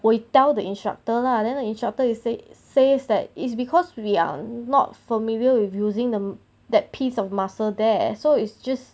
we tell the instructor lah then the instructor you say says that is because we are not familiar with using the that piece of muscle there so it's just